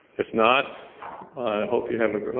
if not, i hope you have